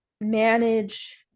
manage